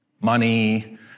Money